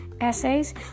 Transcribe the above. essays